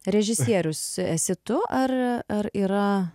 režisierius esi tu ar ar yra